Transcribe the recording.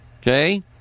Okay